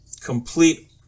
Complete